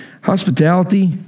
Hospitality